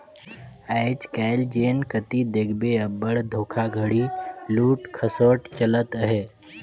आएज काएल जेन कती देखबे अब्बड़ धोखाघड़ी, लूट खसोट चलत अहे